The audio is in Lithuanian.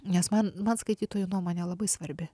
nes man man skaitytojo nuomonė labai svarbi